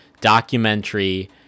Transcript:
documentary